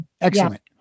Excellent